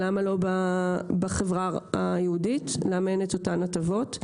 למה בחברה היהודית אין אותן הטבות?